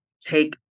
take